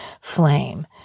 flame